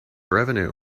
revenue